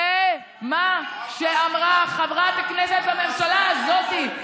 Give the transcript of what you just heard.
זה מה שאמרה חברת הכנסת בממשלה הזאת.